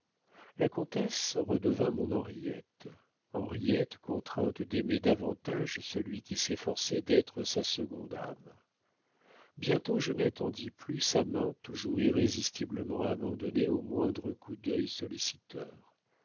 la comtesse redevint mon henriette henriette contrainte d'aimer davantage celui qui s'efforçait d'être sa seconde âme bientôt je n'attendis plus sa main toujours irrésistiblement abandonnée au moindre coup d'œil solliciteur